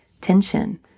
tension